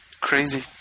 Crazy